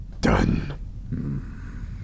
done